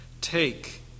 Take